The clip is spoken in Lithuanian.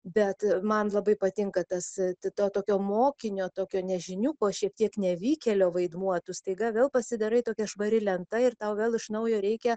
bet man labai patinka tas ta to tokio mokinio tokio nežiniuko šiek tiek nevykėlio vaidmuo tu staiga vėl pasidarai tokia švari lenta ir tau vėl iš naujo reikia